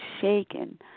shaken